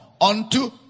unto